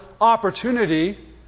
opportunity